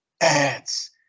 ads